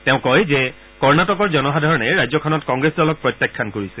তেওঁ কয় যে কৰ্ণাটকৰ জনসাধাৰণে ৰাজ্যখনত কংগ্ৰেছ দলক প্ৰত্যাখ্যান কৰিছে